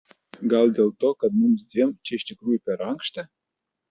gal dėl to kad mums dviem čia iš tikrųjų per ankšta